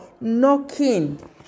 knocking